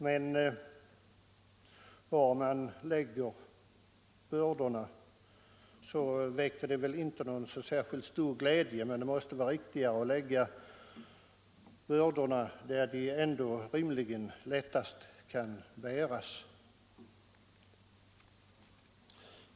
Var man än lägger bördorna väcker det väl inte någon speciellt stor förtjusning, men det måste vara riktigare att lägga dem där de rimligen lättast kan bäras.